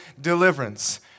deliverance